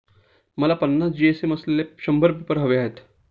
मला पन्नास जी.एस.एम असलेले शंभर पेपर हवे आहेत